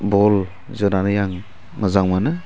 बल जोनानै आं मोजां मोनो